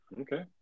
okay